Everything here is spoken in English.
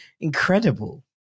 incredible